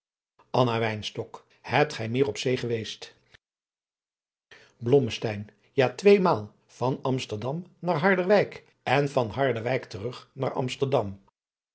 hebt gij meer op zee geweest adriaan loosjes pzn het leven van johannes wouter blommesteyn blommesteyn ja tweemaal van amsterdam naar harderwijk en van harderwijk terug naar amsterdam